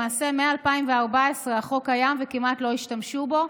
למעשה מ-2014 החוק קיים וכמעט לא השתמשו בו.